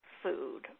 food